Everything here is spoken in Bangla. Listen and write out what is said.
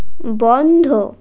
বন্ধ